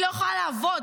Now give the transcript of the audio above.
אני לא יכולה לעבוד,